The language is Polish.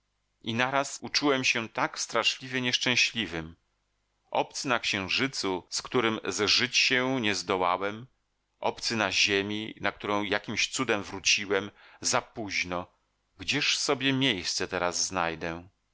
i naraz uczułem się tak straszliwie nieszczęśliwym obcy na księżycu z którym zżyć się nie zdołałem obcy na ziemi na którą jakimś cudem wróciłem zapóźno gdzież sobie miejsce teraz znajdę